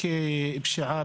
פשיעה